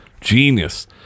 Genius